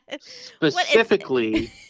Specifically